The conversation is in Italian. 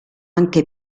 anche